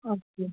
okay